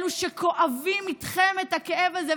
אלו שכואבים איתכם את הכאב הזה.